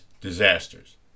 disasters